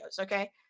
okay